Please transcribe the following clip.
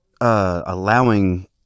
Allowing